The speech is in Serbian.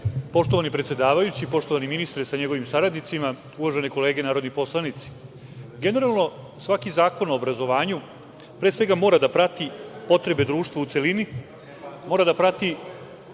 se. Poštovani predsedavajući, poštovani ministre sa saradnicima, uvažene kolege narodni poslanici, generalno, svaki zakon o obrazovanju mora da prati potrebe društva u celini, mora da prati